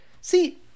see